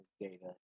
data